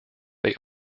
they